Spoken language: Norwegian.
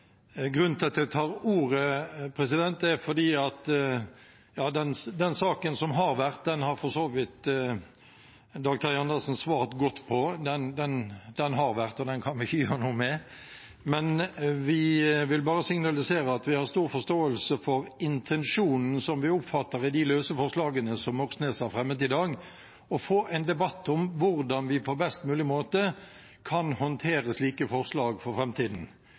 Grunnen til at jeg tar ordet, er at den saken som har vært – det har for så vidt Dag Terje Andersen svart godt på – har vært, og den kan vi ikke gjøre noe med. Men vi vil bare signalisere at vi har stor forståelse for intensjonen som vi oppfatter i de løse forslagene som Moxnes har fremmet i dag, og at vi får en debatt om hvordan vi på best mulig måte kan håndtere slike forslag for